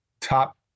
top